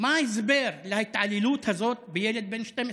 מה ההסבר להתעללות הזאת בילד בן 14?